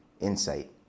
Insight